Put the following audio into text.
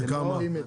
בכמה?